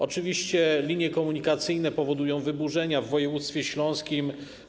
Oczywiście linie komunikacyjne powodują wyburzenia w województwie śląskim.